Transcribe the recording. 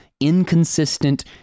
Inconsistent